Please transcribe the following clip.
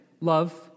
Love